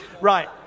right